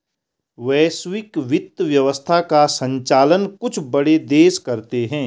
वैश्विक वित्त व्यवस्था का सञ्चालन कुछ बड़े देश करते हैं